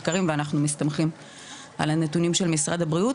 מחקרים ואנחנו מסתמכים על הנתונים של משרד הבריאות,